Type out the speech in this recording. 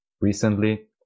recently